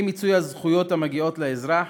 אי-מיצוי הזכויות המגיעות לאזרח